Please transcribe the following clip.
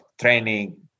training